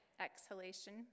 exhalation